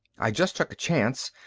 i just took a chance.